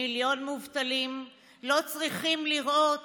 מיליון מובטלים לא צריכים לראות